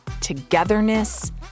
togetherness